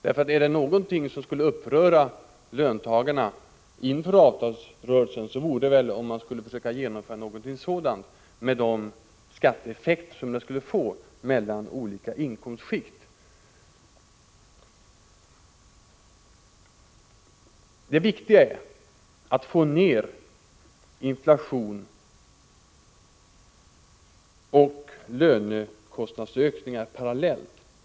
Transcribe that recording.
Är det någonting som skulle uppröra löntagarna inför avtalsrörelsen, vore det väl om man skulle försöka genomföra någonting sådant, med de skatteeffekter det skulle få för olika inkomstskikt. Det viktiga är att få ner inflation och lönekostnadsökningar parallellt.